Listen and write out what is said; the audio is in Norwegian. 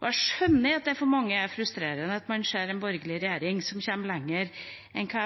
Jeg skjønner at det for mange er frustrerende at man ser en borgerlig regjering som kommer lenger enn hva